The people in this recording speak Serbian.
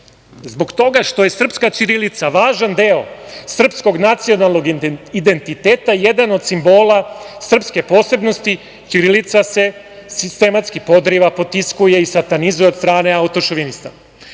toga što je srpska ćirilica važan deo srpskog nacionalnog identiteta, jedan od simbola srpske posebnosti, ćirilica se sistematski podriva, potiskuje i satanizuje od strane autošovinista.